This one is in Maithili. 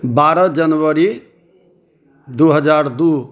बारह जनवरी दू हजार दू